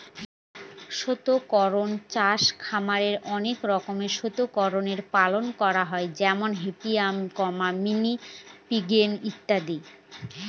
শুকর চাষে খামারে অনেক রকমের শুকরের পালন করা হয় যেমন হ্যাম্পশায়ার, মিনি পিগ ইত্যাদি